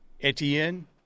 Etienne